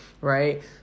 right